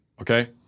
Okay